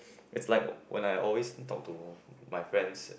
is like when I always talk to my friends